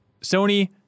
Sony